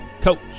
Coach